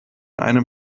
einem